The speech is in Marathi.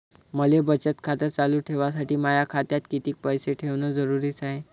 मले बचत खातं चालू ठेवासाठी माया खात्यात कितीक पैसे ठेवण जरुरीच हाय?